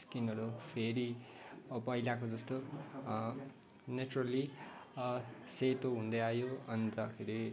स्किनहरू फेरि पहिलाको जस्तो नेचुरल्ली सेतो हुँदै आयो अन्तखेरि